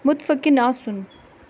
مُتفِقن آسُن